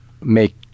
make